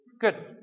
Good